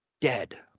Dead